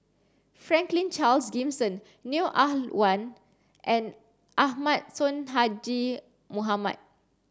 Franklin Charles Gimson Neo Ah Luan and Ahmad Sonhadji Mohamad